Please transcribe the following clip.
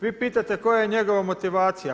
Vi pitate koja je njegova motivacija?